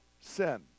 sin